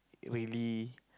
really